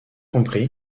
compris